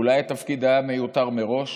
אולי התפקיד היה מיותר מראש,